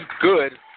good